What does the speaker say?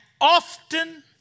often